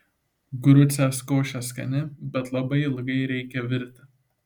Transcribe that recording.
grucės košė skani bet labai ilgai reikia virti